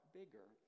bigger